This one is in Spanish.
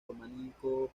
románico